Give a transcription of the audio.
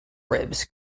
ribs